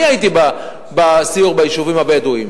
אני הייתי בסיור ביישובים הבדואיים.